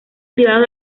privados